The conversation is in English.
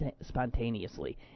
spontaneously